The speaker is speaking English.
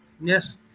yes